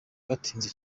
batinze